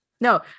no